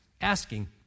asking